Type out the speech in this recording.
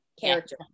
character